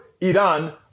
Iran